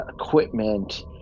equipment